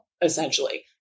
essentially